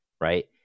right